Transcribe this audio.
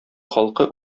халкы